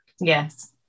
Yes